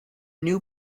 new